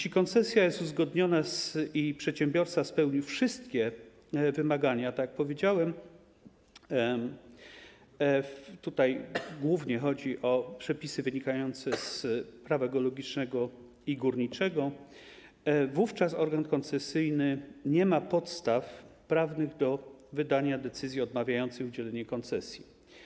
Gdy koncesja jest uzgodniona i przedsiębiorca spełnił wszystkie wymagania - tak jak powiedziałem, tutaj głównie chodzi o przepisy wynikające z Prawa geologicznego i górniczego - organ koncesyjny nie ma podstaw prawnych do wydania decyzji odmawiającej udzielenia koncesji.